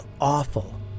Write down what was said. awful